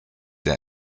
der